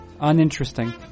uninteresting